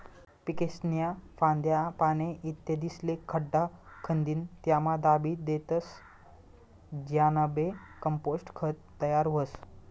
पीकेस्न्या फांद्या, पाने, इत्यादिस्ले खड्डा खंदीन त्यामा दाबी देतस ज्यानाबये कंपोस्ट खत तयार व्हस